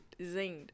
zinged